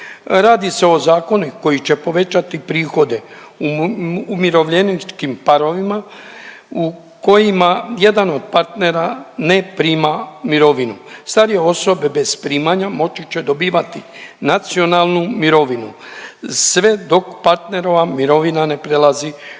Radi se o zakonu koji će povećati prihode umirovljeničkim parovima u kojima jedan od partnerima ne prima mirovinu. Starije osobe bez primanja moći će dobivati nacionalnu mirovinu sve dok partnerova mirovina ne prelazi 600